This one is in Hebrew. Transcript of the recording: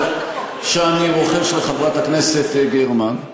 שאני רוחש לחברת הכנסת גרמן.